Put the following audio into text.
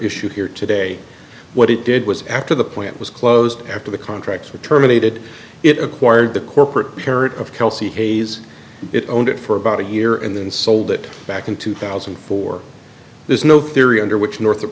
issued here today what it did was after the plant was closed after the contracts were terminated it acquired the corporate parent of kelsey hayes it owned it for about a year and then sold it back in two thousand and four there's no theory under which north